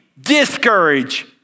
discourage